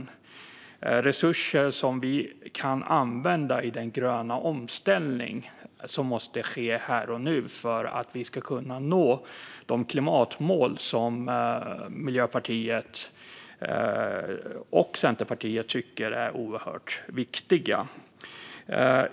Det är resurser som vi kan använda i den gröna omställning som måste ske här och nu för att vi ska kunna nå de klimatmål som Miljöpartiet och Centerpartiet tycker är oerhört viktiga.